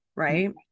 Right